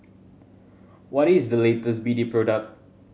what is the latest B D product